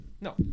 No